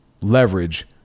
leverage